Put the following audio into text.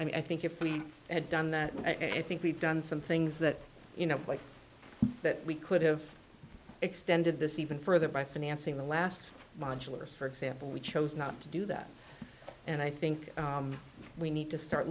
i mean i think if we had done that and i think we've done some things that you know like that we could have extended this even further by financing the last modulars for example we chose not to do that and i think we need to start